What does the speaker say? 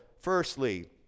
Firstly